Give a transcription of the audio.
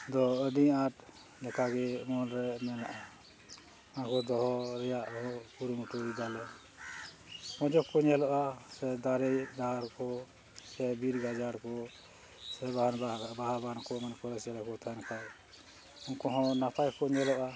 ᱫᱚ ᱟᱹᱰᱤ ᱟᱸᱴ ᱞᱮᱠᱟᱜᱮ ᱢᱚᱱᱨᱮ ᱢᱮᱱᱟᱜᱼᱟ ᱟᱜᱩ ᱫᱚᱦᱚ ᱨᱮᱱᱟᱜ ᱠᱩᱨᱩᱢᱩᱴᱩᱭ ᱫᱟᱞᱮ ᱢᱚᱡᱽ ᱜᱮᱠᱚ ᱧᱮᱞᱚᱜᱼᱟ ᱥᱮ ᱫᱟᱨᱮ ᱰᱟᱹᱨ ᱠᱚ ᱥᱮ ᱵᱤᱨ ᱜᱟᱡᱟᱲ ᱠᱚ ᱥᱮ ᱵᱟᱦᱟᱱ ᱵᱟᱦᱟ ᱵᱟᱜᱟᱱ ᱠᱚ ᱮᱢᱟᱱ ᱠᱚᱨᱮ ᱪᱮᱬᱮ ᱠᱚ ᱛᱟᱦᱮᱱ ᱠᱷᱟᱱ ᱩᱱᱠᱩ ᱦᱚᱸ ᱱᱟᱯᱟᱭ ᱠᱚ ᱧᱮᱞᱚᱜᱼᱟ